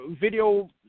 video